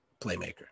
playmaker